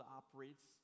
operates